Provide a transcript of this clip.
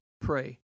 pray